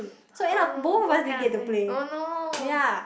oh no what can I say oh no